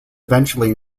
eventually